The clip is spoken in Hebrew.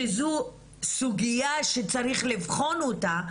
שזו סוגיה שצריך לבחון אותה,